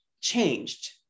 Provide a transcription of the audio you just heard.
changed